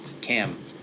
Cam